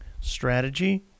strategy